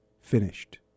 finished